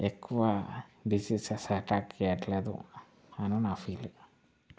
ఎక్కువ diseases attack చేయట్లేదు అని నా ఫీలింగ్